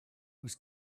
was